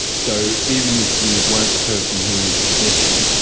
so even if you weren't the person who. who did them.